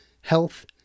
health